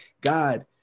God